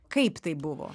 kaip tai buvo